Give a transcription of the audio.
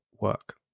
work